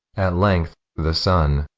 at length the sun,